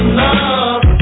love